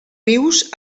rius